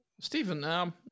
Stephen